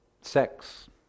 Sex